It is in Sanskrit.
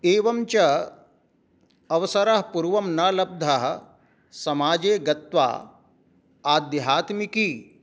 एवं च अवसरः पुर्वं न लब्धः समाजे गत्वा आध्यात्मिकी